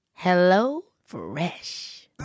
HelloFresh